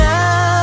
Now